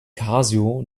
casio